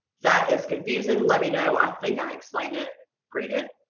that is confusing let me know i think i explained it pretty good,